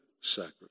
sacrifice